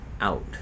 out